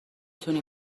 تونی